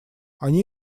они